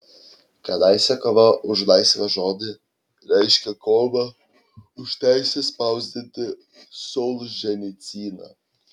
kadaise kova už laisvą žodį reiškė kovą už teisę spausdinti solženicyną